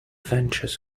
ventures